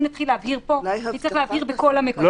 אם נתחיל להבהיר פה נצטרך להבהיר בכל המקומות,